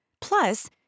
Plus